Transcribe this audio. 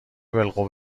بالقوه